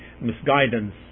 misguidance